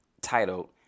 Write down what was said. titled